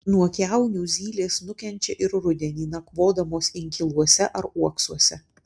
nuo kiaunių zylės nukenčia ir rudenį nakvodamos inkiluose ar uoksuose